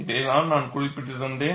இதைத்தான் நான் குறிப்பிட்டிருந்தேன்